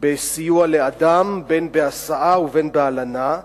בסיוע לאדם, בין בהסעה ובין בהלנה,